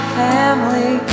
family